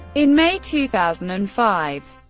in may two thousand and five,